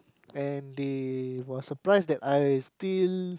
and they was surprise that I still